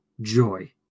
joy